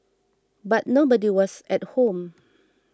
but nobody was at home